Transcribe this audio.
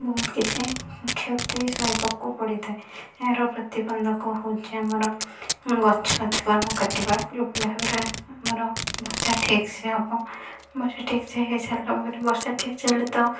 ବହୁତ କିଛି କ୍ଷତି ସହିବାକୁ ପଡ଼ିଥାଏ ଏହାର ପ୍ରତିବନ୍ଧକ ହେଉଛି ଆମର ଗଛ ଅଧିକ ନ କଟିବା ଯେଉଁପରି ଭାବରେ ଆମର ବର୍ଷା ଠିକ ସେ ହେବ ବର୍ଷା ଠିକ ସେ ହୋଇସାରିଲା ପରେ ବର୍ଷା ଠିକସେ ହେଲେ ତ